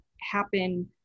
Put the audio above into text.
happen